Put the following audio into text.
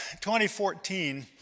2014